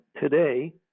today